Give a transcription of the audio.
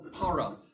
para